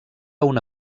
una